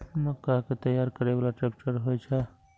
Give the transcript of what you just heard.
मक्का कै तैयार करै बाला ट्रेक्टर होय छै?